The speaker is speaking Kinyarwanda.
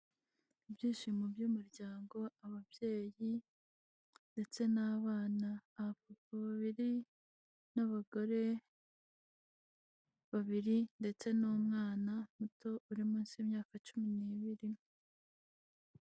Ibyishimo by'umuryango, ababyeyi ndetse n'abana, abapapa babiri n'abagore babiri ndetse n'umwana muto uri munsi y'imyaka cumi n'ibiri.